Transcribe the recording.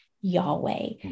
Yahweh